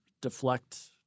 Deflect